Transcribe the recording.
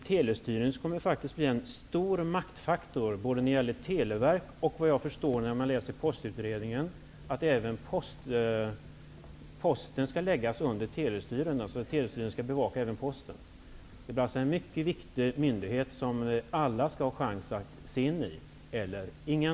Telestyrelsen kommer faktiskt att bli en stor maktfaktor när det gäller Televerket och även när det gäller Posten. Vad jag förstår efter att ha läst Posten. Det blir en mycket viktig myndighet som antingen alla skall ha chans att få insyn i eller ingen.